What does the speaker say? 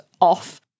off